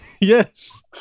Yes